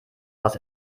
was